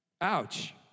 Ouch